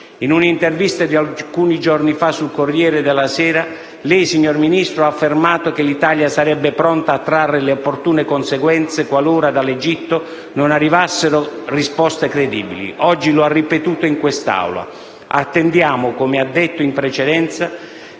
In un'intervista pubblicata alcuni giorni fa sul «Corriere della sera», lei, signor Ministro, ha affermato che l'Italia sarebbe pronta a trarre le opportune conseguenze qualora dall'Egitto non arrivassero risposte credibili. Oggi lo ha ripetuto in quest'Aula. Attendiamo con attenzione, come detto in precedenza,